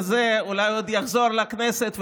אולי עוד יחזור לכנסת,